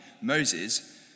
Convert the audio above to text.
Moses